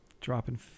Dropping